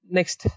Next